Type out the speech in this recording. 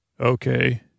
Okay